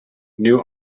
new